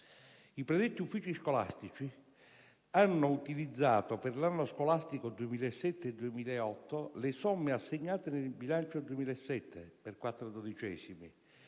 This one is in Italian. I predetti uffici scolastici hanno utilizzato per l'anno scolastico 2007-2008 le somme assegnate nel bilancio 2007 (per quattro dodicesimi)